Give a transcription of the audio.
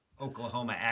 Oklahoma